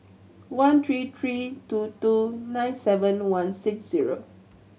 one three three two two nine seven one six zero